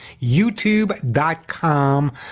youtube.com